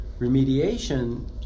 remediation